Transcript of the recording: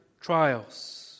trials